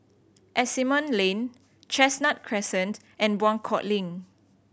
Asimont Lane Chestnut Crescent and Buangkok Link